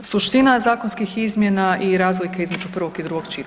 suština zakonskih izmjena i razlike između prvog i drugog čitanja.